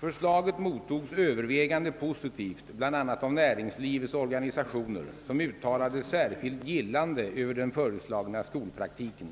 Förslaget mottogs övervägande positivt, bl.a. av näringslivets organisationer, som uttalade särskilt gillande över den föreslagna skolpraktiken.